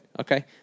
okay